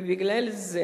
ובגלל זה